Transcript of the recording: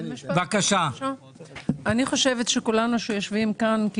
אני חושבת שכל מי שיושב כאן רוצה,